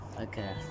Okay